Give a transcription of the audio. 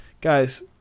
guys